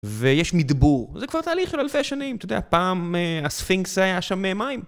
ויש מדבור. זה כבר תהליך של אלפי שנים. אתה יודע, פעם הספינקס היה שם מים.